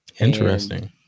Interesting